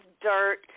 dirt